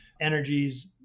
energies